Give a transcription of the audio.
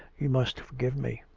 you must forgive me.